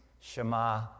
Shema